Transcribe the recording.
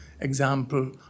example